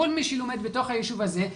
כל מי שלומד בתוך היישוב הזה,